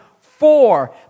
four